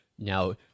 Now